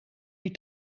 die